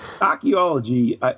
archaeology –